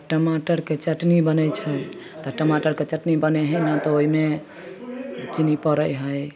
टमाटरके चटनी बनै छै तऽ टमाटरके चटनी बनै हइ ने तऽ ओहिमे चिन्नी पड़ै हइ